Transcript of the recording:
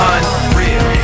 Unreal